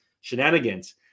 shenanigans